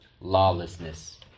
lawlessness